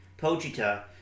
Pojita